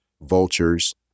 vultures